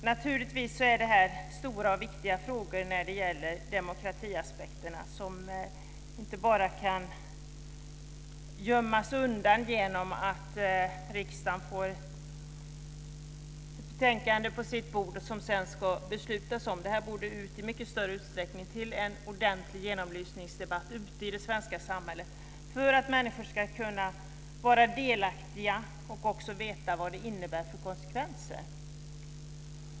Demokratisaspekterna är naturligtvis stora och viktiga frågor som inte bara kan gömmas undan genom att riksdagen får ett betänkande på sitt bord som man ska besluta om. Det här borde i mycket större utsträckning tas upp i en ordentlig genomlysningsdebatt ute i det svenska samhället för att människor ska kunna vara delaktiga och få veta vad det innebär för konsekvenser.